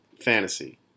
Fantasy